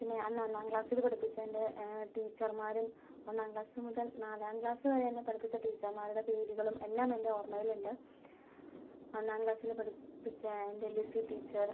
പിന്നെ അന്ന് ഒന്നാം ക്ലാസ്സില് പഠിപ്പിച്ച എൻ്റെ ടീച്ചർമ്മാരും ഒന്നാം ക്ലാസ് മുതൽ നാലാം ക്ലാസ് വരെ എന്നെ പഠിപ്പിച്ച ടീച്ചർമ്മാരുടെ പേരുകളും എല്ലാമെൻ്റെ ഓർമ്മയിലുണ്ട് ഒന്നാം ക്ലാസ്സില് പഠിപ്പിച്ച എൻ്റെ ലിസി ടീച്ചർ